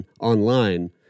online